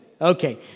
okay